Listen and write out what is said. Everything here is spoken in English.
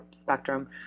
spectrum